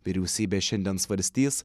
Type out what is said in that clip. vyriausybė šiandien svarstys